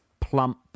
plump